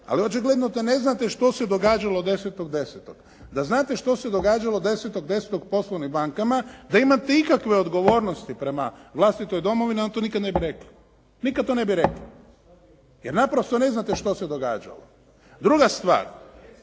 ali očigledno da ne znate što se događalo 10.10.? Da znate što se događalo 10.10. poslovnim bankama, da imate ikakve odgovornosti prema vlastitoj domovini onda to nikad ne bi rekli. Nikad to ne bi rekli jer naprosto ne znate što se događalo. Druga stvar